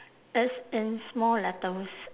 it's in small letters